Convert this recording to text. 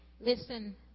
Listen